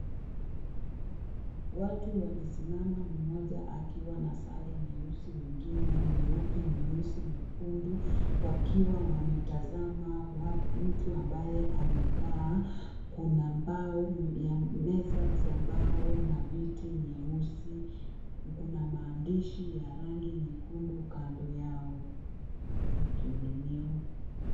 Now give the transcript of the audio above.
Watu wamesimama, mmoja akiwa na sare nyeusi wengine nyeupe, nyeusi, nyekundu wakiwa wametazama mtu ambaye amekaa. Kuna mbao za meza za mbao na viti nyeusi , kun maandishi ya rangi nyekundu kando Yao wakihudumiwa.